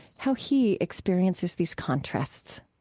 how he experiences these contrasts